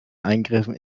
eingriffen